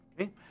Okay